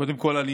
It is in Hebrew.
קודם כול אני